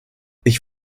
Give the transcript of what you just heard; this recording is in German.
ich